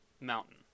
mountain